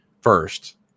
first